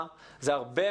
כל עוד הפועל מנצחת,